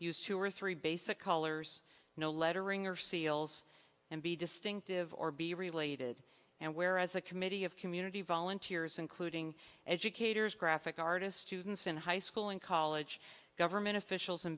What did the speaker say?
use two or three basic colors no lettering or seals and be distinctive or be related and where as a committee of community volunteers including educators graphic artist students in high school and college government officials